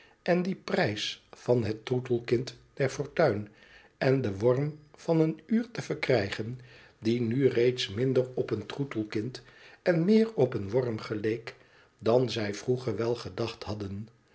en dien prijs van het troetelkind der fortuin en den worm van een uur te verkrijgen die nu reeds minder op een troetelkind en meer op een worm geleek dan zij vroeger wel gedacht hadden